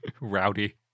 rowdy